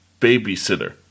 babysitter